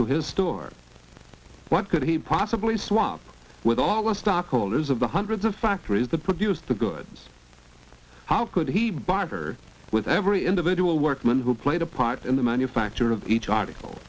to his store what could he possibly swap with all the stockholders of the hundreds of factories the produce the goods how could he barter with every individual workman who played a part in the manufacture of each article